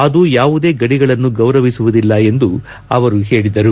ಅದು ಯಾವುದೇ ಗಡಿಗಳನ್ನು ಗೌರವಿಸುವುದಿಲ್ಲ ಎಂದು ಅವರು ಹೇಳಿದರು